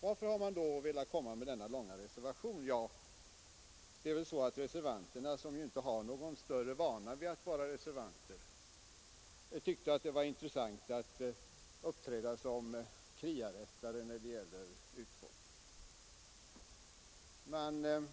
Varför har man då avgivit denna långa reservation? Ja, reservanterna, som inte har någon större vana vid att vara reservanter, tyckte väl att det var intressant att uppträda som kriarättare. Man